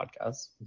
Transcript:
podcasts